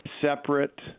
separate